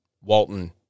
Walton